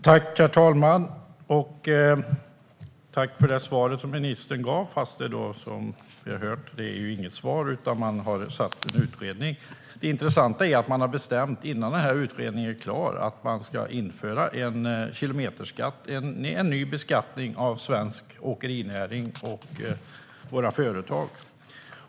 Herr talman! Jag tackar för ministerns svar - fast som vi har hört var det inget svar, utan man har tillsatt en utredning. Det intressanta är att man innan denna utredning är klar har bestämt sig för att införa en kilometerskatt, alltså en ny beskattning av svensk åkerinäring och våra företag.